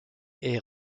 est